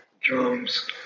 drums